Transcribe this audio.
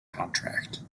contract